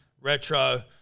Retro